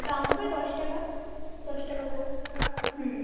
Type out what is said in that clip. দাম হবে দশ টাকা দশ টাকা করে হুম